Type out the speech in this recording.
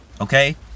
Okay